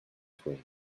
twig